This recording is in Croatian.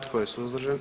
Tko je suzdržan?